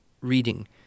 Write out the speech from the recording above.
reading